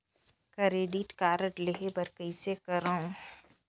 Credit card लेहे बर कइसे करव?